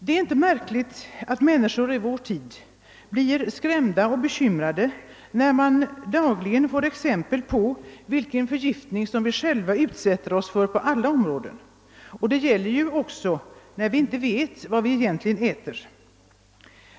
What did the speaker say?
Det är inte märkligt att människor i vår tid blir skrämda och bekymrade, eftersom man dagligen får exempel på den förgiftning vi själva utsätter oss för på alla områden — och detta gäller ju också när vi inte vet vad vi egentligen äter.